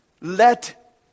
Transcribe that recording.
Let